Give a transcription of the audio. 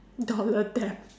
dollar debt